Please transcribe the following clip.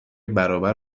برابر